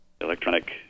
electronic